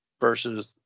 versus